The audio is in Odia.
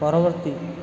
ପରବର୍ତ୍ତୀ